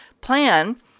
plan